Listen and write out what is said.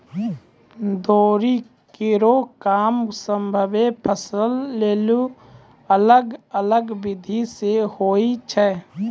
दौरी केरो काम सभ्भे फसल लेलि अलग अलग बिधि सें होय छै?